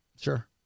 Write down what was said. Sure